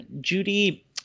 Judy